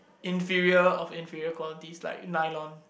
inferior of inferior qualities like nylon